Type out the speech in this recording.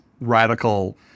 radical